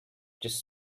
just